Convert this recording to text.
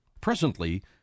Presently